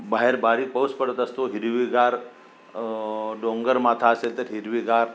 बाहेर बारीक पाऊस पडत असतो हिरवीगार डोंगरमाथा असेल तर हिरवीगार